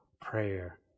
prayer